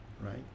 right